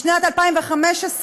בשנת 2015,